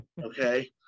Okay